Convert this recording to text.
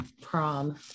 prom